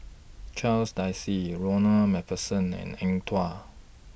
Charles Dyce Ronald MacPherson and Eng Tow